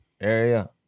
area